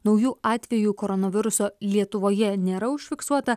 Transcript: naujų atvejų koronaviruso lietuvoje nėra užfiksuota